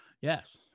Yes